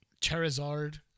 Charizard